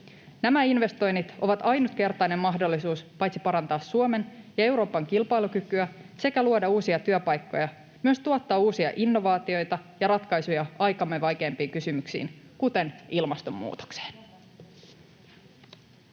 Nämä investoinnit ovat ainutkertainen mahdollisuus paitsi parantaa Suomen ja Euroopan kilpailukykyä ja luoda uusia työpaikkoja, myös tuottaa uusia innovaatioita ja ratkaisuja aikamme vaikeimpiin kysymyksiin, kuten ilmastonmuutokseen.